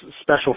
special